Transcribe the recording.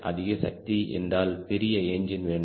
அதிக சக்தி என்றால் பெரிய என்ஜின் வேண்டும்